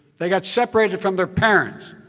they got separated from their parents.